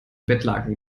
bettlaken